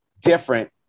different